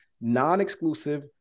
non-exclusive